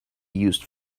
used